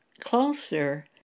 closer